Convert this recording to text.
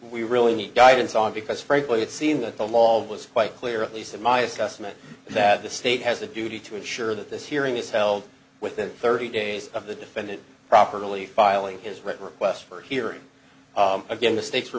we really need guidance on because frankly it seems that the law was quite clear at least in my assessment that the state has a duty to ensure that this hearing is held within thirty days of the defendant properly filing his request for a hearing again mistakes were